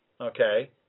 okay –